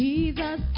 Jesus